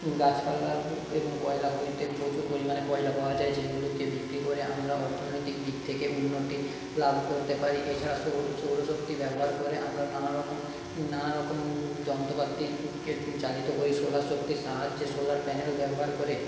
গাছ পালা এবং কয়লাখনিতে প্রচুর পরিমাণে কয়লা পাওয়া যায় যেগুলোকে বিক্রি করে আমরা অর্থনৈতিক দিক থেকে উন্নতি লাভ করতে পারি এছাড়া সৌরশক্তি ব্যবহার করে আমরা নানারকম নানারকম যন্ত্রপাতিকে চালিত করি সোলার শক্তির সাহায্যে সোলার প্যানেল ব্যবহার করে